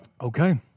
Okay